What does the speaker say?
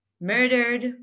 murdered